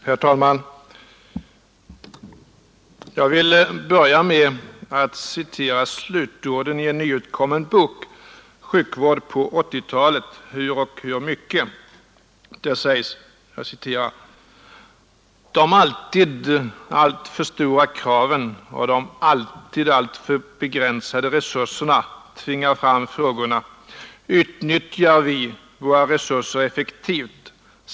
Herr talman! Jag vill börja med att citera slutorden i en nyutkommen bok, ”Sjukvård på 80-talet. Hur och hur mycket? ”. Där sägs: ”De alltid alltför stora kraven och de alltid alltför begränsade resurserna tvingar fram frågorna: Utnyttjar vi våra resurser effektivt?